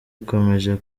ikomeje